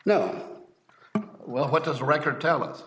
now well what does record tell us